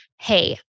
Hey